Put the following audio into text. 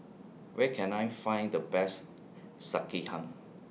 Where Can I Find The Best Sekihan